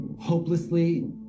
hopelessly